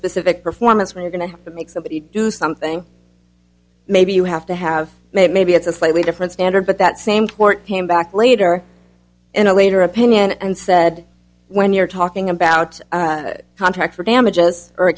specific performance we're going to have to make somebody do something maybe you have to have maybe it's a slightly different standard but that same court came back later in a later opinion and said when you're talking about a contract for damages or